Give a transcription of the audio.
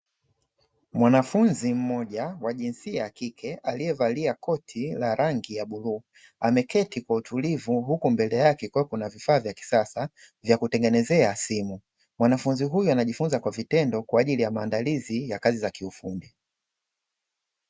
Mwanafunzi mmoja wa jinsia ya kike aliyevalia koti la rangi ya bluu ameketi kwa utulivu huku mbele yake kukiwa na vifaa vya kisasa vya kutengenezea simu, mwanafunzi huyu anajifunza kwa vitendo kwa ajili ya maandalizi ya kazi za kiufundi.